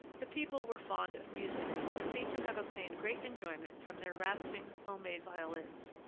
the people were fond of music, and seem to have obtained great enjoyment from their rasping, home-made violins.